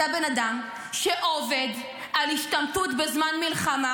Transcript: אתה בן אדם שעובד על השתמטות בזמן מלחמה